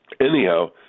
anyhow